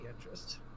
interest